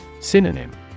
Synonym